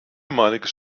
damalige